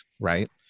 right